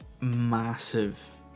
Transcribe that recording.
massive